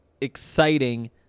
exciting